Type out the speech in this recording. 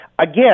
Again